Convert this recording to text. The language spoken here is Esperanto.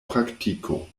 praktiko